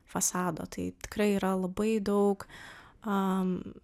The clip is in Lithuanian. fasado tai tikrai yra labai daug a